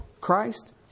Christ